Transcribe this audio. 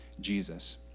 Jesus